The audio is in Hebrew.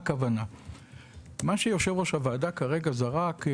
יושב-ראש הוועדה זרק עכשיו,